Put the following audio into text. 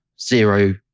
zero